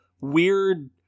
weird